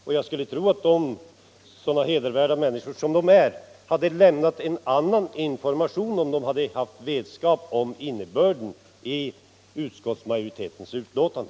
Och jag skulle tro att ifrågavarande personer — hedervärda som de är — skulle ha lämnat en helt annan information om de hade haft vetskap om innebörden i utskottsmajoritetens uttalande.